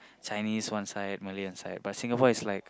Chinese one side Malay one side but Singapore is like